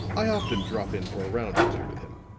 i often drop in for a round or two with him.